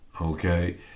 Okay